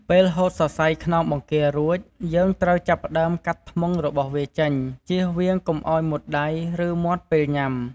ពេលហូតសរសៃខ្នងបង្គារួច យើងត្រូវចាប់ផ្ដើមកាត់ធ្មុងរបស់វាចេញ ចៀសវាងកុំឱ្យមុតដៃ ឬមាត់ពេលញុំា។